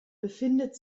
befindet